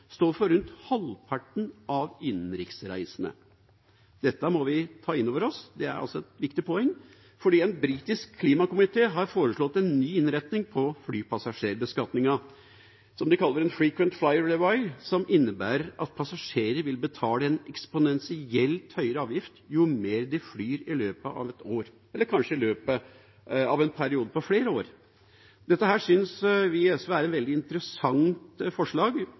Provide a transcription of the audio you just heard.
står for rundt halvparten av innenriksreisene. Dette må vi ta inn over oss. Det er et viktig poeng. En britisk klimakomité har foreslått en ny innretning på flypassasjerbeskatningen som de kaller «frequent flyer levy», som innebærer at passasjerer vil betale en eksponentielt høyere avgift jo mer de flyr i løpet av et år – eller kanskje i løpet av en periode på flere år. Dette synes vi i SV er et veldig interessant forslag,